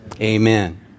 Amen